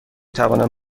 توانم